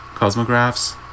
Cosmograph's